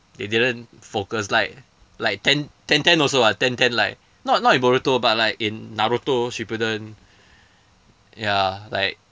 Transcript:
they didn't focus like like ten ten ten also [what] ten ten like not not in boruto but like in naruto shippuden ya like